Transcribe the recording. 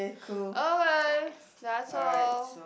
okay that's all